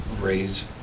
raise